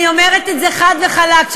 אני אומרת את זה חד וחלק,